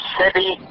city